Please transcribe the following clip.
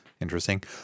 Interesting